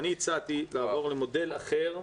אני הצעתי לעבור למודל אחר,